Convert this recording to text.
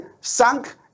sunk